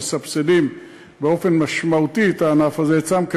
מסבסדים באופן משמעותי את הענף הזה אצלם,